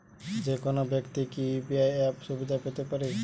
যেকোনো ব্যাক্তি কি ইউ.পি.আই অ্যাপ সুবিধা পেতে পারে?